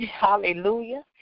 hallelujah